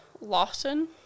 Lawson